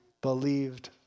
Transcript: Believed